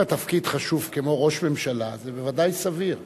אם התפקיד חשוב כמו ראש ממשלה, זה בוודאי סביר.